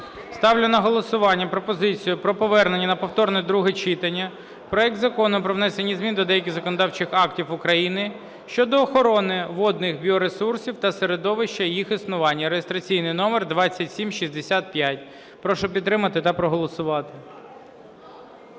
Ставлю на голосування пропозицію про повернення на повторне друге читання проект Закону про внесення змін до деяких законодавчих актів України щодо охорони водних біоресурсів та середовище їх існування (реєстраційний номер 2765). Прошу підтримати та проголосувати.